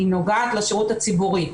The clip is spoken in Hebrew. היא נוגעת לשירות הציבורי.